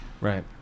Right